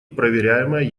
проверяемое